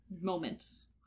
moments